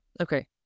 Okay